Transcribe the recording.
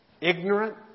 ignorant